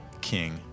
King